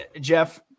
Jeff